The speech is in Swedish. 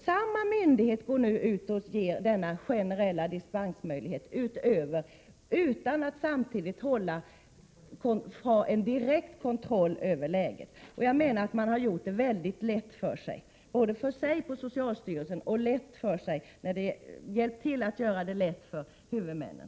Samma myndighet går nu ut och ger denna generella dispensmöjlighet, utan att samtidigt ha en direkt kontroll över läget. Jag menar att socialstyrelsen har gjort det väldigt lätt för sig och även hjälpt till att göra det lätt för huvudmännen.